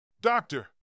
Doctor